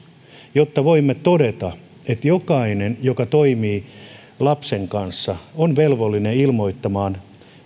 jotta voimme todeta että jokainen joka toimii lapsen kanssa on velvollinen ilmoittamaan